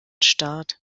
start